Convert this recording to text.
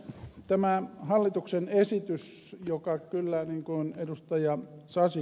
tämä hallituksen esitys joka kyllä niin kuin ed